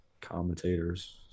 commentators